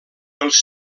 els